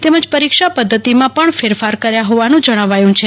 તેમજ પરીક્ષા પદ્વતિમાં પણ ફેરફાર કર્યાનું જણાવ્યું છે